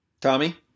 Tommy